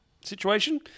situation